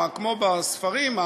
כמו בספרים,